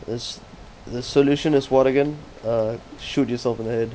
as the solution is what again uh shoot yourself in the head